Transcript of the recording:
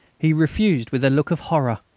he refused with a look of horror.